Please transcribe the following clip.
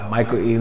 Michael